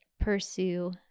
pursue